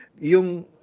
yung